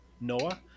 Noah